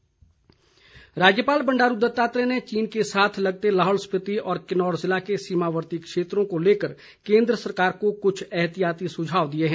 बंडारू दत्तात्रेय राज्यपाल बंडारू दत्तात्रेय ने चीन के साथ लगते लाहौल स्पीति और किन्नौर जिला के सीमावर्ती क्षेत्रों को लेकर केन्द्र सरकार को कुछ एहतियाती सुझाव दिए हैं